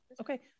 Okay